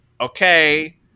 okay